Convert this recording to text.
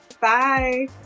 Bye